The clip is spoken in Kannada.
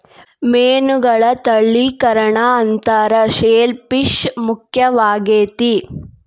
ಮೇನುಗಳ ತಳಿಕರಣಾ ಅಂತಾರ ಶೆಲ್ ಪಿಶ್ ಮುಖ್ಯವಾಗೆತಿ